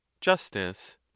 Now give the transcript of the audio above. justice